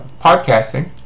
podcasting